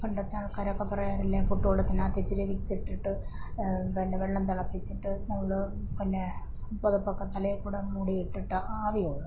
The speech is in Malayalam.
പണ്ടൊക്കെ ആൾക്കാരൊക്കെ പറയാറില്ലേ പുട്ടുകുടത്തിനകത്ത് ഇത്തിരി വിക്സ് ഇട്ടിട്ട് പിന്നെ വെള്ളം തിളപ്പിച്ചിട്ട് നമ്മൾ പിന്നെ പുതപ്പൊക്കെ തലയിൽ കൂടെ മൂടി ഇട്ടിട്ട് ആവി കൊള്ളും